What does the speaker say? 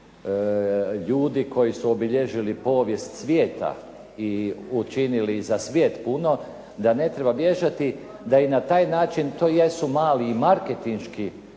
ljudi koji su obilježili povijest svijeta i učinili za svijet puno, da ne treba bježati, da i na taj način to jesu mali marketinški